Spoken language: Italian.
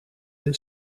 del